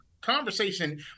conversation